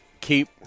keep